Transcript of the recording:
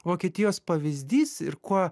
vokietijos pavyzdys ir kuo